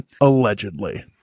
allegedly